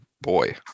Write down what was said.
boy